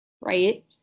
right